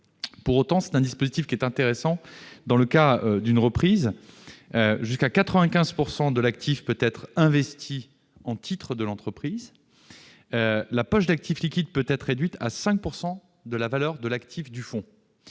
Pour autant, c'est un dispositif intéressant dans le cas d'une reprise : jusqu'à 95 % de l'actif peut-être investi en titres de l'entreprise et la poche d'actifs liquides peut-être réduite à 5 % de la valeur de l'actif du fonds